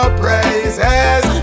praises